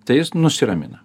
tai jis nusiramina